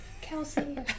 Kelsey